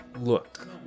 Look